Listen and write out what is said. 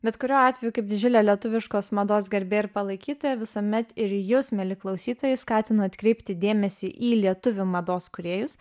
bet kuriuo atveju kaip didžiulė lietuviškos mados gerbėja ir palaikytoja visuomet ir jus mieli klausytojai skatinu atkreipti dėmesį į lietuvių mados kūrėjus